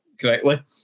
correctly